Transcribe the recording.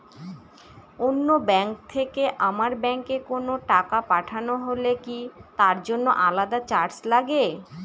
অন্য ব্যাংক থেকে আমার ব্যাংকে কোনো টাকা পাঠানো হলে কি তার জন্য আলাদা চার্জ লাগে?